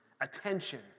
Attention